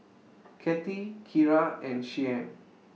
Cathi Kira and Shianne